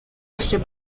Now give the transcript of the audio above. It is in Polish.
jeszcze